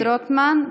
חבר הכנסת רוטמן,